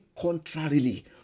contrarily